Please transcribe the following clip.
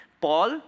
Paul